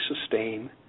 sustain